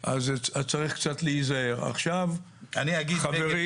ואז אני הולך וטוען בוועדה